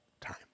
time